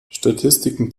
statistiken